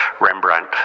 Rembrandt